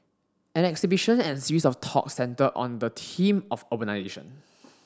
an exhibition and a series of talks centred on the theme of urbanisation